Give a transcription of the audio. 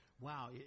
wow